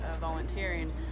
volunteering